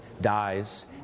dies